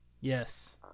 Yes